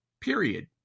period